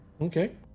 okay